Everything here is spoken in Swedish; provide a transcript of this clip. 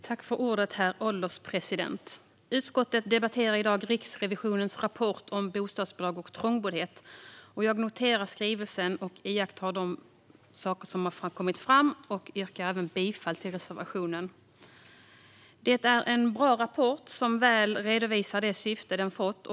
Herr ålderspresident! Utskottet debatterar i dag Riksrevisionens rapport om bostadsbidrag och trångboddhet. Jag noterar skrivelsen och de iakttagelser som den har kommit fram till, och jag yrkar bifall till reservationen. Det är en bra rapport som väl redovisar det syfte den har fått.